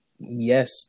yes